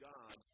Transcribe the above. God